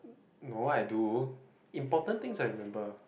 no I do important things I remember